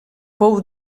pou